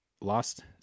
Lost